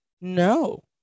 No